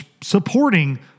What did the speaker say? supporting